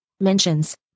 Mentions